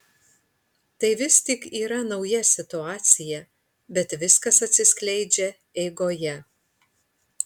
tai vis tik yra nauja situacija bet viskas atsiskleidžia eigoje